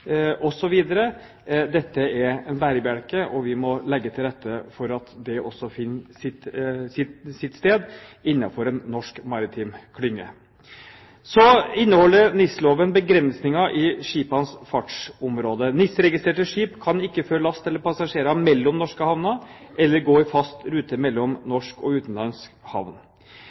Dette er en bærebjelke, og vi må legge til rette for at også dette finner sin plass innenfor en norsk maritim klynge. NIS-loven inneholder begrensninger i skipenes fartsområde. NIS-registrerte skip kan ikke føre last eller passasjerer mellom norske havner eller gå i fast rute mellom norsk og utenlandsk havn.